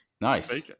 Nice